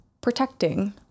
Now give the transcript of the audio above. protecting